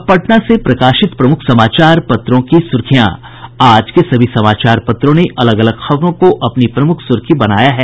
अब पटना से प्रकाशित प्रमुख समाचार पत्रों की सुर्खियां आज के सभी समाचार पत्रों ने अलग अलग खबरों को अपनी प्रमुख सुर्खी बनाया है